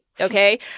Okay